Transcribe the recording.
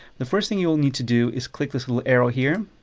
the first thing you'll need to do is click this little arrow here.